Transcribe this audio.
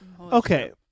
Okay